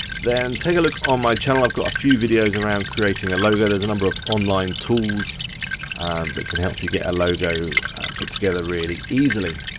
then take a look on my channel, i've got a few videos around creating a logo, there's a number of online tools that can help you get a logo put together really easily.